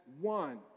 one